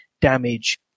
damage